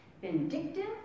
vindictive